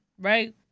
right